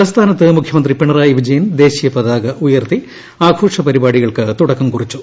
തലസ്ഥാനത്ത് മുഖ്യമന്ത്രി പിണറായി വിജയൻ ദേശീയ പതാക ഉയർത്തി ആഘോഷ പരിപാടികൾക്ക് തുടക്കം കുറിച്ചു